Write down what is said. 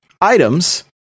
items